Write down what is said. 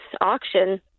auction